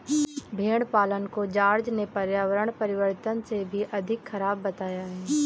भेड़ पालन को जॉर्ज ने पर्यावरण परिवर्तन से भी अधिक खराब बताया है